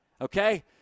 Okay